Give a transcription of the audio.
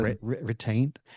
retained